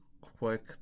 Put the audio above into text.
quick